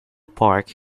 park